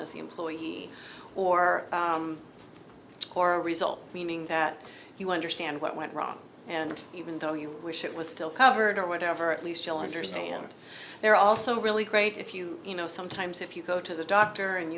is the employee or core result meaning that you understand what went wrong and even though you wish it was still covered or whatever at least you'll understand they're also really great if you you know sometimes if you go to the doctor and